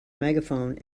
megaphone